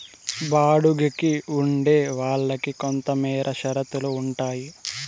బాడుగికి ఉండే వాళ్ళకి కొంతమేర షరతులు ఉంటాయి